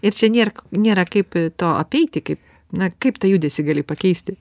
ir čia nėr nėra kaip to apeiti kaip na kaip tą judesį gali pakeisti